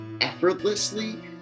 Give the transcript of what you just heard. effortlessly